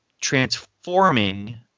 transforming